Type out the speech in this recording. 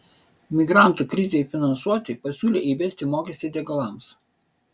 migrantų krizei finansuoti pasiūlė įvesti mokestį degalams